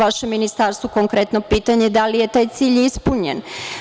Vašem ministarstvu konkretno pitanje – da li je taj cilj ispunjen?